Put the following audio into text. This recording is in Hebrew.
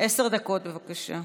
עשר דקות, בבקשה.